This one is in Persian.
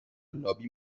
لابی